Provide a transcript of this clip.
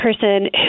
person